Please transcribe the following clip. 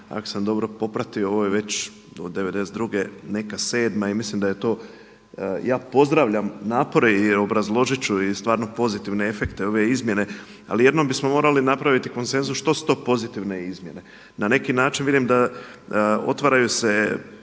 ako sam dobro popratio ovo je već od '92. neka sedma i mislim da je to, ja pozdravljam napore i obrazložit ću i stvarno pozitivne efekte ove izmjene. Ali jednom bismo morali napraviti konsenzus što su to pozitivne izmjene. Na neki način vidim da otvaraju se